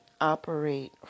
operate